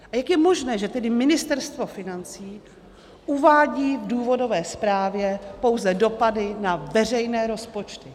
A jak je možné, že tedy Ministerstvo financí uvádí v důvodové zprávě pouze dopady na veřejné rozpočty?